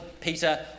peter